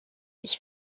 ich